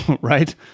right